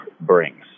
brings